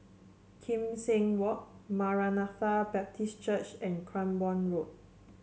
Kim Seng Walk Maranatha Baptist Church and Cranborne Road